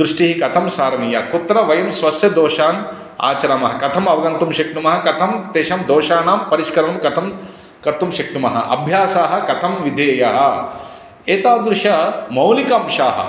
दृष्टिः कथं सारणीया कुत्र वयं स्वस्य दोषान् आचरामः कथम् अवगन्तुं शक्नुमः कथं तेषां दोषाणाम् परिष्करणं कथं कर्तुं शक्नुमः अभ्यासः कथं विधेयः एतादृशमौलिकांशाः